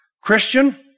Christian